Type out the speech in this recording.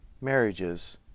marriages